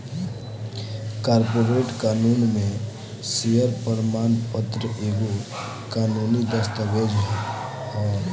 corporate कानून में share प्रमाण पत्र एगो कानूनी दस्तावेज हअ